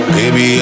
Baby